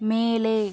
மேலே